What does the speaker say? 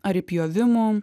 ar įpjovimų